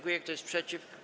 Kto jest przeciw?